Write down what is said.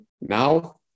Now